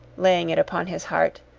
laying it upon his heart,